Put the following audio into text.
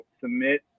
submit